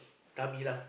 tummy lah